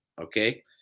Okay